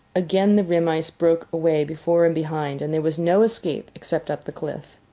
again, the rim ice broke away before and behind, and there was no escape except up the cliff.